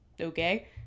okay